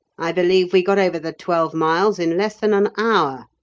i believe we got over the twelve miles in less than an hour.